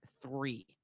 three